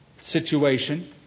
situation